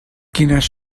quines